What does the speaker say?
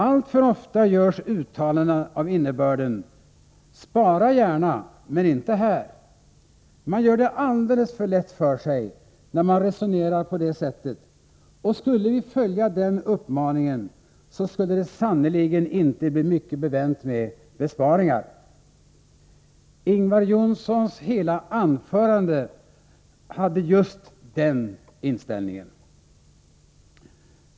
Alltför ofta görs uttalanden av innebörden: ”Spara gärna men inte här.” Man gör det alldeles för lätt för sig, när man resonerar på det sättet, och skulle vi följa den uppmaningen skulle det sannerligen inte bli mycket bevänt med besparingar. Ingvar Johnssons hela anförande hade just den inställningen.